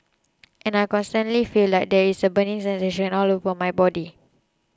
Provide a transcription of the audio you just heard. and I constantly feel like there's this burning sensation all over my body